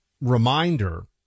reminder